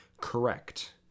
Correct